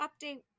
update